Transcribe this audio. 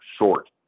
short